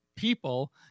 People